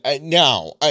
Now